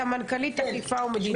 סמנכ"לית אכיפה ומדיניות,